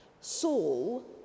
Saul